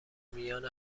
میان